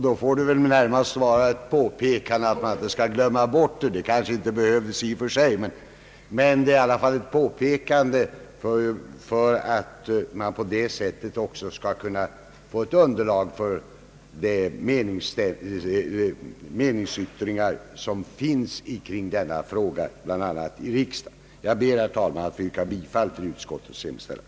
Det får väl närmast betraktas som ett påpekande att frågan inte skall glömmas bort, vilket kanske inte behövs i och för sig, men det är i alla fall ett påpekande att man på så sätt kan få ett underlag för de meningsyttringar som finns i denna fråga bl.a. i riksdagen. Herr talman! Jag ber att få yrka bifall till utskottets hemställan.